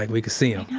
like we can see them